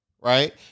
Right